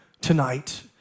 tonight